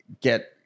get